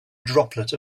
droplet